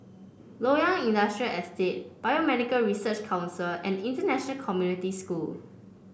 Loyang Industrial Estate Biomedical Research Council and International Community School